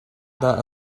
dah